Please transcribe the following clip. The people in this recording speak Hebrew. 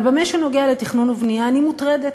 אבל במה שנוגע לתכנון ובנייה, אני מוטרדת.